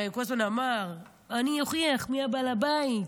הרי הוא כל הזמן אמר: אני אוכיח מי בעל הבית.